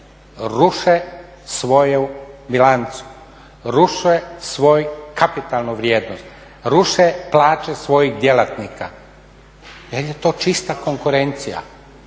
ruše svoju bilancu, ruše svoju kapitalnu vrijednost, ruše plaće svojih djelatnika jer je to čista konkurencija,